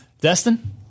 destin